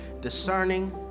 discerning